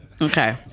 Okay